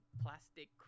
plastic